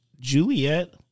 Juliet